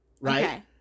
right